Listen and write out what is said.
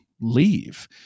leave